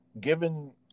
given